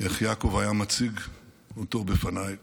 איך יעקב היה מציג אותו בפניי,